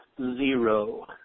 Zero